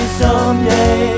someday